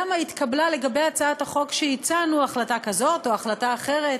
למה התקבלה לגבי הצעת החוק שהצענו החלטה כזאת או החלטה אחרת.